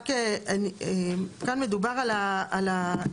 רק כאן מדובר על התשלום,